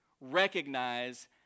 recognize